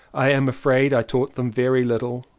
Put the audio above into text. i am afraid i taught them very little,